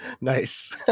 nice